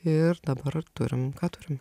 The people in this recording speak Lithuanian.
ir dabar turim ką turim